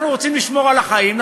אנחנו רוצים לשמור על החיים,